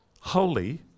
holy